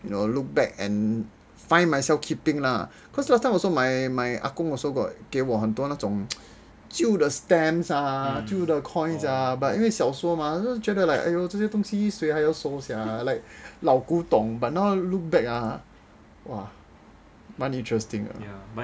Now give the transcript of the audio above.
you know look back and find myself keeping lah cause last time also my my ah gong also got 给我很多那种旧的 stamps ah 旧的 coins ah but 因为小时侯嘛觉得 !aiyo! 这些东西谁还要收 sia like 老古董 but now look back ah !wah! 蛮 interesting ah